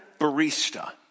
barista